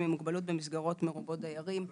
עם מוגבלות במסגרות מרובות דיירים.